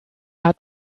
hat